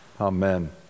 Amen